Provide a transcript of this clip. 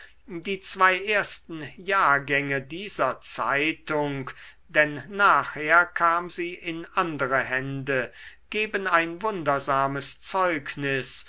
die zwei ersten jahrgänge dieser zeitung denn nachher kam sie in andere hände geben ein wundersames zeugnis